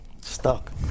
Stuck